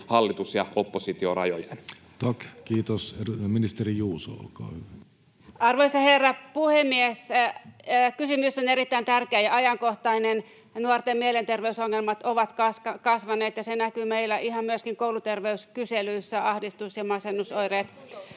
hallitus—oppositio-rajojen. Tack, kiitos. — Ministeri Juuso, olkaa hyvä. Arvoisa herra puhemies! Kysymys on erittäin tärkeä ja ajankohtainen. Nuorten mielenterveysongelmat ovat kasvaneet, ja se näkyy meillä ihan myöskin kouluterveyskyselyissä: ahdistus- ja masennusoireet